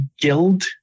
guild